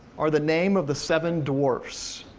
or the name of the seven dwarfs.